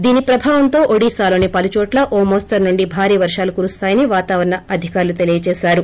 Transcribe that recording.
దీని ప్రభావంతో ఒడిశాలోని పలు చోట్ల ఓ మోస్తరు నుంచి భారీ వర్షాలు కురుస్తాయని వాతావరణ అధికారులు తెలియజేశారు